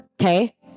Okay